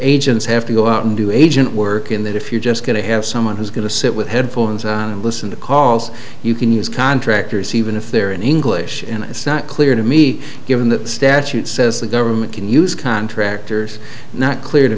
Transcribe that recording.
agents have to go out and do agent work in that if you're just going to have someone who's going to sit with headphones on and listen to calls you can use contractors even if they're in english and it's not clear to me given that statute says the government can use contractors not clear to